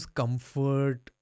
comfort